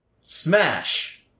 Smash